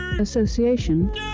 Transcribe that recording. Association